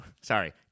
sorry